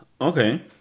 Okay